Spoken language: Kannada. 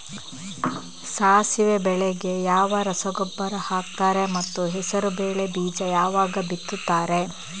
ಸಾಸಿವೆ ಬೆಳೆಗೆ ಯಾವ ರಸಗೊಬ್ಬರ ಹಾಕ್ತಾರೆ ಮತ್ತು ಹೆಸರುಬೇಳೆ ಬೀಜ ಯಾವಾಗ ಬಿತ್ತುತ್ತಾರೆ?